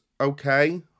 okay